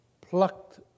plucked